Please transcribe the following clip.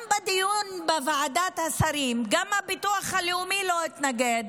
גם בדיון בוועדת השרים הביטוח הלאומי לא התנגד.